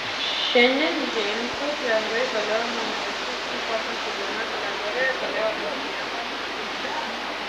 šiandien džeimsas lengvai galėjo numirti ši paprasta diena kalendoriuje galėjo būti jam paskutinė